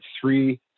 three